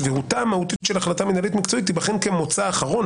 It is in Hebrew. סבירותה המהותית של החלטה מינהלית מקצועית תיבחן כמוצא אחרון,